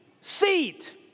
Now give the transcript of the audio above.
seat